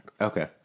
Okay